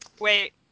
Wait